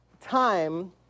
time